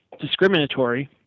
discriminatory